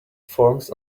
forms